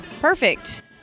Perfect